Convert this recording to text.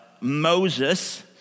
Moses